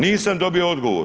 Nisam dobio odgovor.